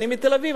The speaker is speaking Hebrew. אני מתל-אביב,